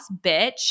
bitch